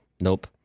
nope